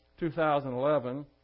2011